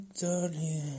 darling